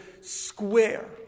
square